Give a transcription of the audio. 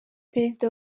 perezida